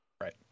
Right